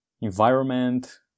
environment